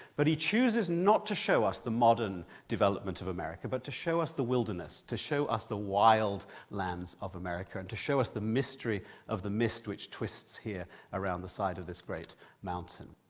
but he chooses not to show us the modern development of america, but to show us the wilderness, to show us the wild lands of america, and to show us the mystery of the mist which twists here around the side of this great mountain.